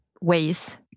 ways